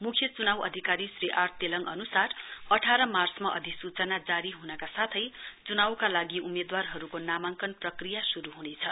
मुख्य च्नाउ अधाकारी श्री आर तेलङ अनुसार अठार मार्चमा अधिसूचना जारी ह्नका साथै चुनाउका लागि उम्मेदवारहरूको नामाङकन प्रक्रिया शुरू ह्नेछ